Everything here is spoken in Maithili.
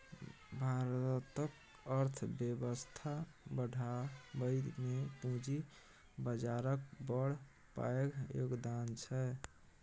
भारतक अर्थबेबस्था बढ़ाबइ मे पूंजी बजारक बड़ पैघ योगदान छै